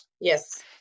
yes